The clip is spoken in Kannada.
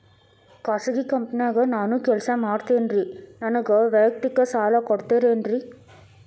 ಖಾಸಗಿ ಕಂಪನ್ಯಾಗ ನಾನು ಕೆಲಸ ಮಾಡ್ತೇನ್ರಿ, ನನಗ ವೈಯಕ್ತಿಕ ಸಾಲ ಕೊಡ್ತೇರೇನ್ರಿ?